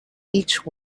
each